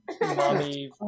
mommy